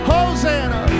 Hosanna